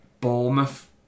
Bournemouth